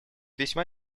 весьма